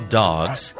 dogs